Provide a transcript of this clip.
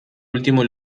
último